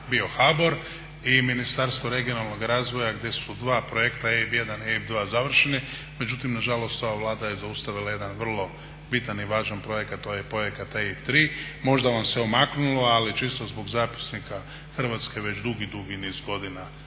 bio HBOR i Ministarstvo regionalnog razvoja gdje su dva projekta EIB1, EIB2 završeni, međutim nažalost ta Vlada je zaustavila jedan vrlo bitan i važan projekat a to je projekat EIB3. Možda vam se omaknulo ali čisto zbog zapisnika Hrvatska je već dugi, dugi niz godina